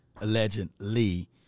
Allegedly